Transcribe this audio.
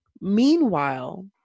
Meanwhile